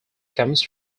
comes